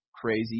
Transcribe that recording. crazy